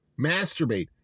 masturbate